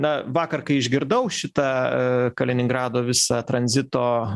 na vakar kai išgirdau šitą kaliningrado visą tranzito